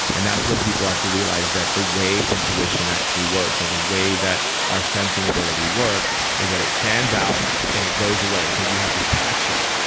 and that's when people have to realize that the way intuition actually works or the way that our sensing ability works is that it stands out and it goes away. so you have to catch it.